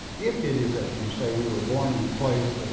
if it is as you say we were born in a place,